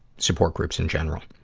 support groups in general.